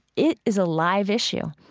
it is a live issue.